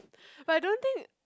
but I don't think